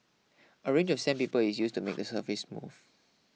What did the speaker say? a range of sandpaper is used to make the surface smooth